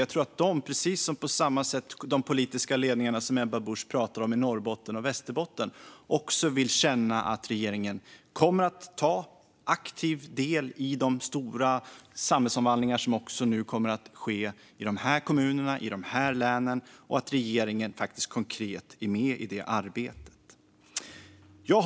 Jag tror att de precis som de politiska ledningar i Norrbotten och Västerbotten som Ebba Busch pratar om också vill känna att regeringen kommer att ta aktiv del i de stora samhällsomvandlingar som nu också kommer att ske i de här kommunerna och länen och att regeringen faktiskt konkret är med i det arbetet. Fru talman!